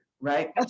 right